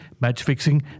match-fixing